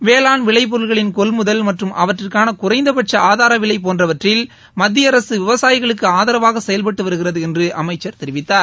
வேளாண் விளைப்பொருட்களின் கொள்முதல் மற்றும் அவற்றிற்கான குறைந்தபட்ச ஆதாரவிலை போன்றவற்றில் மத்தியஅரசு விவசாயிகளுக்கு ஆதரவாக செயல்பட்டு வருகிறது என்று அமைச்சர் தெரிவித்தார்